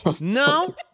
No